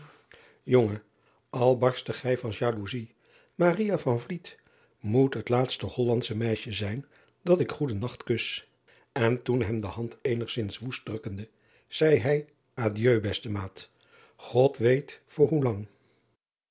barstte gij van jaloezij moet het laatste ollan sche meisje zijn dat ik goeden nacht kus n toen hem de hand eenigzins woest drukkende zeî hij adieu beste maat od weet voor hoe lang